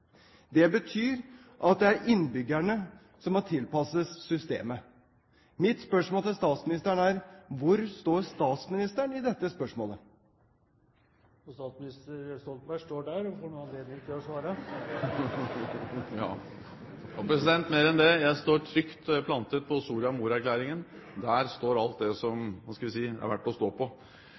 Det betyr at det er innbyggerne som må tilpasses systemet. Mitt spørsmål til statsministeren er: Hvor står statsministeren i dette spørsmålet? Statsminister Stoltenberg står der, og får nå anledning til å svare. Ja, og mer enn det: Jeg står trygt plantet på Soria Moria-erklæringen. Der står alt det som – hva skal vi si – er verdt å stå på.